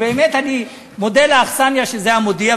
ובאמת אני מודה לאכסניה שזה "המודיע",